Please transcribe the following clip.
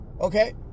Okay